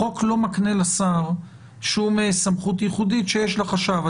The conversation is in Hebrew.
החוק לא מקנה לשר שום סמכות ייחודית שיש לחשב.